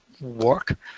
work